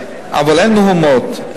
אבל אין מהומות,